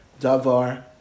davar